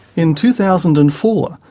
in two thousand and four,